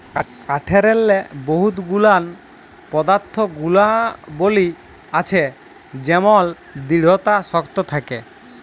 কাঠেরলে বহুত গুলান পদাথ্থ গুলাবলী আছে যেমল দিঢ়তা শক্ত থ্যাকে